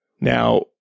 Now